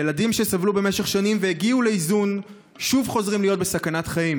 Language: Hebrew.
ילדים שסבלו במשך שנים והגיעו לאיזון שוב חוזרים להיות בסכנת חיים.